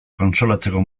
kontsolatzeko